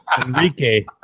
Enrique